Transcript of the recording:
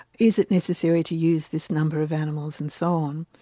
is it necessary to use this number of animals and so on.